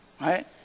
right